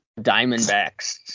Diamondbacks